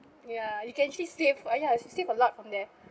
ya you can actually save ah ya I save a lot from there